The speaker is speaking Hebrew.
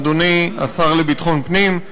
אדוני השר לביטחון פנים,